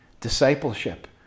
Discipleship